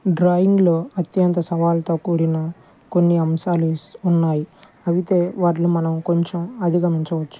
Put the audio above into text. డ్రాయింగ్లో అత్యంత సవాళ్ళతో కూడిన కొన్ని అంశాలు స్ ఉన్నాయి అయితే వాటిని మనం కొంచెం అధిగమించవచ్చు